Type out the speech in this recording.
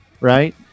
right